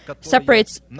separates